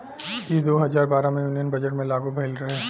ई दू हजार बारह मे यूनियन बजट मे लागू भईल रहे